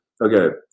Okay